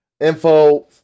info